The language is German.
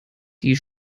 die